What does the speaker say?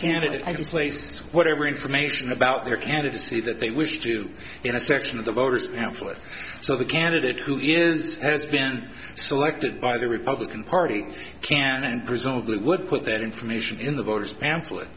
candidate is laced whatever information about their candidacy that they wish to and a section of the voters can flip so the candidate who is has been selected by the republican party can and presumably would put that information in the voter's pamphlet